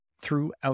throughout